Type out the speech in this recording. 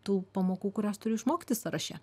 tų pamokų kurias turiu išmokti sąraše